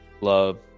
love